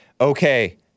Okay